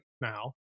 now